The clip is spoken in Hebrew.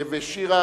שירה,